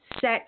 set